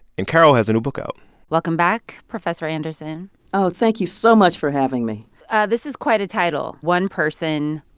and carol has a new book out welcome back, professor anderson oh, thank you so much for having me this is quite a title one person,